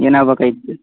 ಏನಾಗಬೇಕಾಗಿತ್ತು